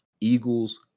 Eagles